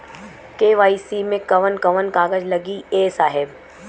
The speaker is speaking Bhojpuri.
के.वाइ.सी मे कवन कवन कागज लगी ए साहब?